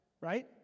right